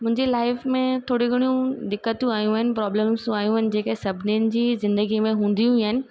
मुंहिंजी लाईफ़ में थोरी घणियूं दिकतूं आयूं आहिनि प्रॉब्लम्स आयूं आहिनि जेके सभिनिन जी ज़िंदगी में हूंदियूं ई आहिनि